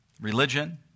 religion